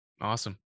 awesome